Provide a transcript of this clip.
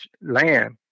land